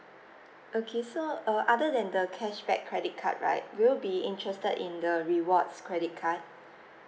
okay so err other than the cashback credit card right would you be interested in the rewards credit card